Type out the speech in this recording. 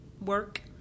Work